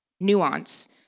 nuance